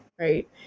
right